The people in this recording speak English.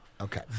Okay